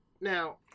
Now